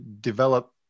develop